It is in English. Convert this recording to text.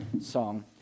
song